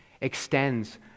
extends